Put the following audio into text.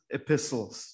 epistles